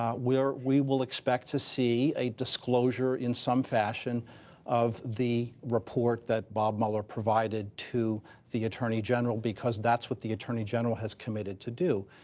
um we will expect to see a disclosure in some fashion of the report that bob mueller provided to the attorney general, because that's what the attorney general has committed to do.